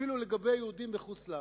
אפילו לגבי יהודים בחוץ-ארץ.